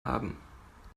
haben